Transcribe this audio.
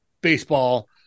baseball